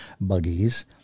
buggies